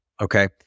okay